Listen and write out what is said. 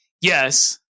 Yes